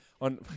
On